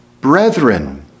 brethren